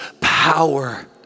power